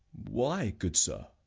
why, good sir?